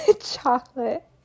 chocolate